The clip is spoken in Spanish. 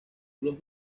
los